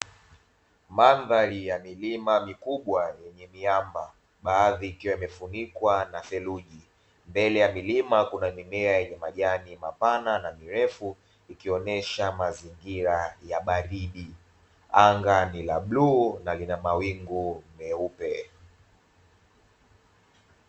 Mandhari ya milima mikubwa yenye miamba baadhi ikiwa imefunikwa na theruji, mbele ya mirima kuna majiani mapana na marefu ikionesha mazingira ya baridi . Anga ni la blue na lina mawingu meupe.